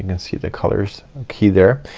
and see the colors key there.